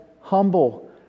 humble